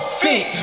fit